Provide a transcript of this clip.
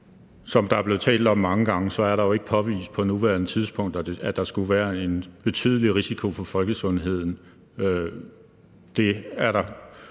Som der er blevet talt om mange gange, er det jo ikke på nuværende tidspunkt påvist, at der skulle være en betydelig risiko for folkesundheden. Det er der